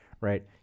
right